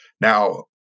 Now